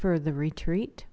for the retreat